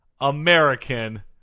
American